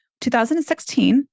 2016